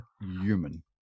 human